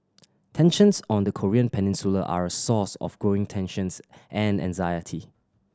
tensions on the Korean Peninsula are a source of growing tensions and anxiety